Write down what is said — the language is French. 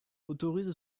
autorise